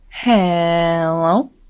hello